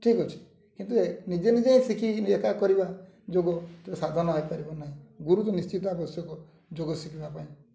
ଠିକ୍ ଅଛି କିନ୍ତୁ ନିଜେ ନିଜେ ହିଁ ଶିଖି ଏକା କରିବା ଯୋଗ ତ ସାଧନ ହେଇପାରିବ ନାହିଁ ଗୁରୁତ୍ୱ ନିଶ୍ଚିତ ଆବଶ୍ୟକ ଯୋଗ ଶିଖିବା ପାଇଁ